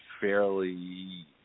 fairly